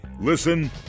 Listen